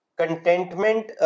contentment